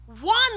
one